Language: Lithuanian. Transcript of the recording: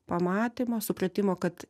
pamatymo supratimo kad